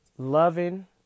Loving